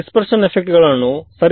ನನಗೆ ಈ ಟರ್ಮ್ ತಿಳಿದಿದೆಯೇ